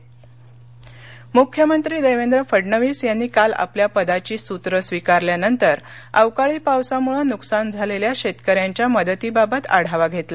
मख्यमंत्री मदत मुख्यमंत्री देवेंद्र फडणवीस यांनी काल आपल्या पदाची सूत्र स्वीकारल्यानंतर अवकाळी पावसामुळे नुकसान झालेल्या शेतकऱ्यांच्या मदतीबाबत आढावा घेतला